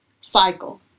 cycle